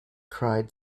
cried